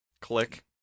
Click